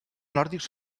nòrdics